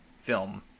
film